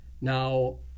Now